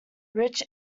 rich